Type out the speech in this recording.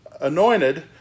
anointed